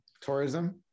Tourism